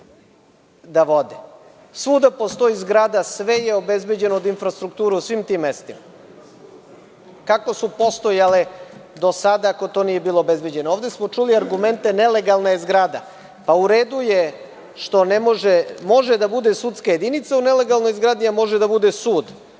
da vode? Svuda postoji zgrada, sve je obezbeđeno od infrastrukture u svim tim mestima. Kako su postojale do sada, ako to nije obezbeđeno? Ovde smo čuli argumente – nelegalna je zgrada. U redu je što može da bude sudska jedinica u nelegalnoj zgradi, a ne može da bude sud